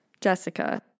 Jessica